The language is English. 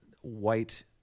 White